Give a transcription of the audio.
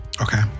Okay